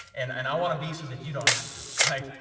and and i wanna be so that you don't have to, right,